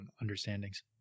understandings